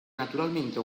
naturalmente